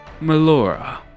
Melora